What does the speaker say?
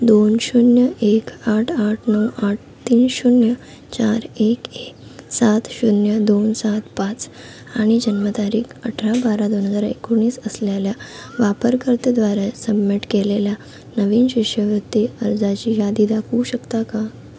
दोन शून्य एक आठ आठ नऊ आठ तीन शून्य चार एक एक सात शून्य दोन सात पाच आणि जन्मतारीख अठरा बारा दोन हजार एकोणीस असलेल्या वापरकर्तेद्वारे सबमिट केलेल्या नवीन शिष्यवृत्ती अर्जाची यादी दाखवू शकता का